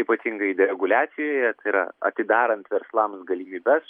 ypatingai reguliacijoje tai yra atidarant verslams galimybes